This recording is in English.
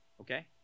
okay